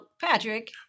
Patrick